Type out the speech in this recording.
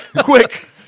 Quick